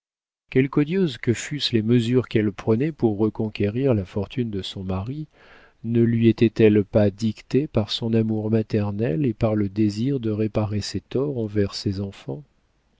odieuses que fussent les mesures qu'elle prenait pour reconquérir la fortune de son mari ne lui étaient-elles pas dictées par son amour maternel et par le désir de réparer ses torts envers ses enfants